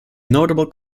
notable